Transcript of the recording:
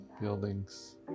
buildings